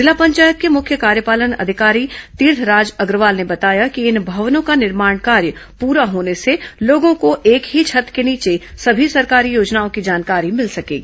जिला पंचायत के मुख्य कार्यपालन अधिकारी तीर्थराज अग्रवाल ने बताया कि इन भवनों का निर्माण कार्य पूरा होने से लोगों को एक ही छत्त के नीचे सभी सरकारी योजनाओं की जानकारी मिल सकेगी